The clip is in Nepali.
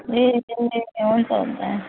ए हुन्छ हुन्छ